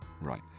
Right